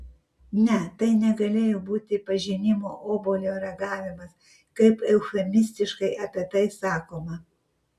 ne tai negalėjo būti pažinimo obuolio ragavimas kaip eufemistiškai apie tai sakoma